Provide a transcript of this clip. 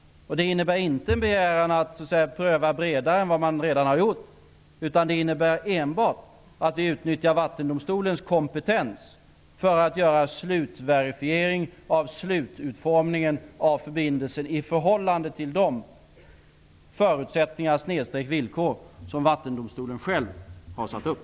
Den innebär inte en begäran att göra en bredare prövning än man redan har gjort. Den innebär enbart att vi utnyttjar Vattendomstolens kompetens för att göra slutverifiering av slututformningen av förbindelsen i förhållande till de förutsättningar/villkor som Vattendomstolen själv har satt upp.